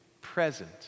present